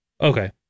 Okay